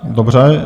Dobře.